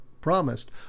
promised